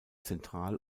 zentral